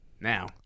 Now